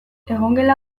egongela